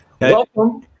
welcome